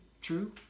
true